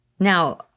Now